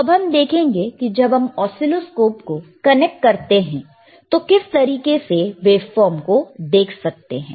तो अब हम देखेंगे कि जब हम ऑसीलोस्कोप को कनेक्ट करते हैं तो किस तरीके के वेवफॉर्म को देख सकते हैं